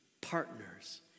partners